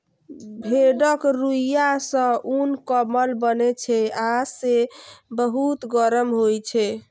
भेड़क रुइंया सं उन, कंबल बनै छै आ से बहुत गरम होइ छै